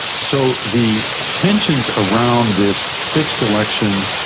so the tensions around this fixed election,